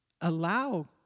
Allow